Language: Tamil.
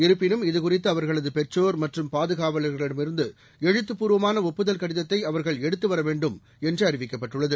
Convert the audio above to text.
இருப்பினும் இதுகுறித்து அவர்களது பெற்றோர் மற்றும் பாதுகாவலர்களிடமிருந்து எழுத்துபூர்வமான ஒப்புதல் கடிதத்தை அவர்கள் எடுத்து வர வேண்டும் என்று அறிவிக்கப்பட்டுள்ளது